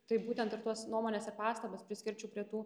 tai būtent ir tuos nuomones ir pastabas priskirčiau prie tų